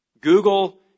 Google